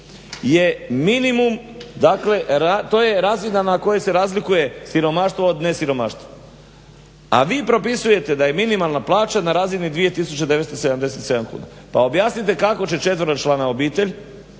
je minimum, to je razina na kojoj se razlikuje siromaštvo od nesiromaštva. A vi propisujete da je minimalna plaća na razini 2977 kuna. Pa objasnite kako će četveročlana obitelj